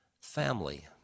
Family